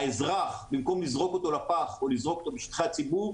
האזרח במקום לזרוק אותו לפח או לזרוק אותו בשטחי הציבור,